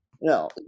No